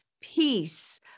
peace